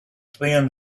thin